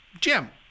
Jim